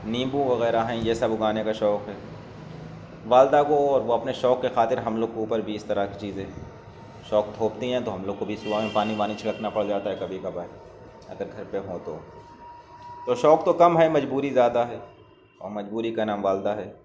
نیمبو وغیرہ ہیں یہ سب اگانے کا شوق ہے والدہ کو وہ اپنے شوق کے خاطر ہم لوگ کے اوپر بھی اس طرح کی چیزیں شوق تھوپتی ہیں تو ہم لوگ کو صبح میں پانی وانی چھڑکنا پڑ جاتا ہے کبھی کبھار اگر گھر پہ ہوں تو تو شوق تو کم ہے مجبوری زیادہ ہے اور مجبوری کا نام والدہ ہے